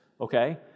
okay